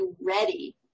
ready